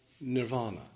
nirvana